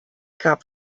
gab